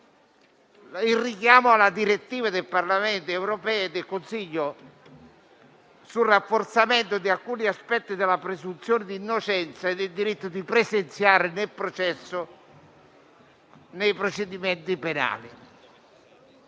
il richiamo alla direttiva del Parlamento europeo e del Consiglio sul rafforzamento di alcuni aspetti della presunzione di innocenza e del diritto di presenziare nel processo nei